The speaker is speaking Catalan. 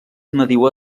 nadiua